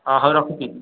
ହଉ ରଖୁଛି